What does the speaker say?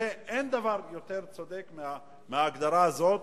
אין דבר יותר צודק מההגדרה הזאת,